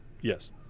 Yes